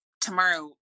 tomorrow